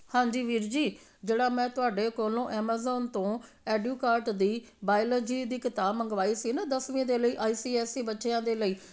ਹਾਂਜੀ ਵੀਰ ਜੀ ਜਿਹੜਾ ਮੈਂ ਤੁਹਾਡੇ ਕੋਲੋਂ ਐਮਾਜ਼ੋਨ ਤੋਂ ਐਡੂਕਾਟ ਦੀ ਬਾਏਲੋਜੀ ਦੀ ਕਿਤਾਬ ਮੰਗਵਾਈ ਸੀ ਨਾ ਦਸਵੀਂ ਦੇ ਲਈ ਆਈ ਸੀ ਐੱਸ ਈ ਬੱਚਿਆਂ ਦੇ ਲਈ